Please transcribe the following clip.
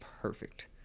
perfect